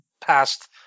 past